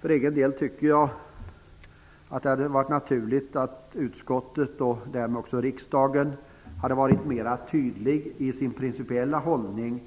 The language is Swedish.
För egen del anser jag att det skulle ha varit naturligt att utskottet och därmed också riksdagen hade varit mer tydlig i sin principiella hållning